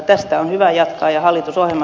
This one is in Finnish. tästä on hyvä jatkaa ja hallitusohjelma